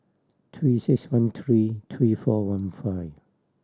Three Six One three three four one five